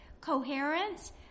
coherence